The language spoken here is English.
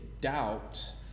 doubt